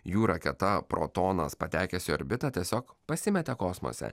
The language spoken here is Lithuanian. jų raketa protonas patekęs į orbitą tiesiog pasimetė kosmose